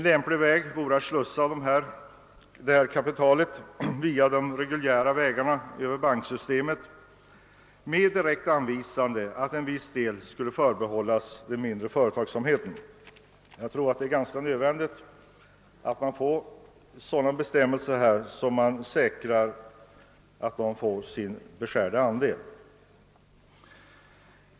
Lämpligt vore att slussa detta kapital på de reguljära vägarna över banksystemet med en direkt anvisning om att en viss del skall förbehållas den mindre företagsamheten. Jag tror att det är nödvändigt att vi får bestämmelser som garanterar att den mindre företagsamheten erhåller sin beskärda del.